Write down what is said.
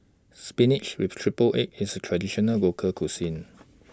Spinach with Triple Egg IS A Traditional Local Cuisine